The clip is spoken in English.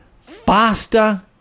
faster